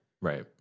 right